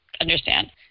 Understand